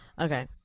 okay